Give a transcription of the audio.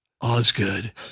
Osgood